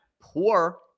poor